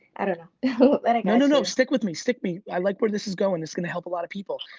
i don't know like like no, no, no. stick with me, stick me. i like where this is going. it's gonna help a lot of people.